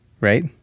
Right